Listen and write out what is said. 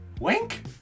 Wink